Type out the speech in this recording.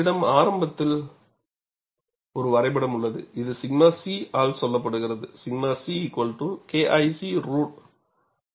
உங்களிடம் ஆரம்பத்தில் ஒரு வரைபடம் உள்ளது இது 𝛔 c ஆல் சொல்லப்படுகிறது 𝛔c KIC √𝝿ac